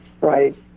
right